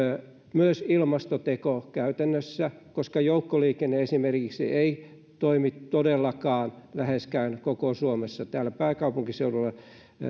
myös ilmastoteko käytännössä koska esimerkiksi joukkoliikenne ei toimi todellakaan läheskään koko suomessa täällä pääkaupunkiseudulla